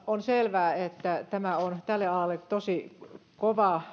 on selvää että koko tämä pandemia on tälle alalle tosi kova